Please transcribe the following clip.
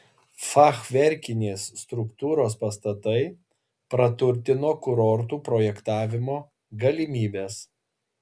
fachverkinės struktūros pastatai praturtino kurortų projektavimo galimybes